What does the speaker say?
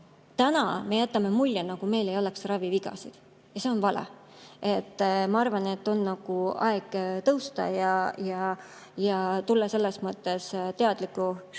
me jätame mulje, nagu meil ei oleks ravivigasid, aga see on vale. Ma arvan, et on aeg tõusta ja tulla selles mõttes teadlikuks